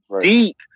deep